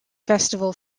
festival